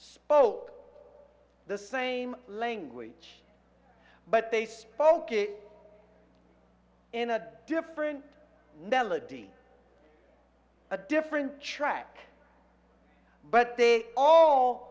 spoke the same language but they spoke it in a different delegatee a different track but they all